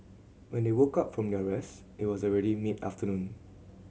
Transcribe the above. when they woke up from their rest it was already mid afternoon